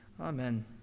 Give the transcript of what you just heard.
Amen